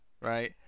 Right